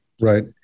Right